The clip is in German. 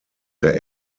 der